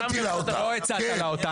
עכשיו אתה לא רק מדבר על בריונות,